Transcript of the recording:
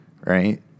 right